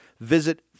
Visit